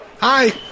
Hi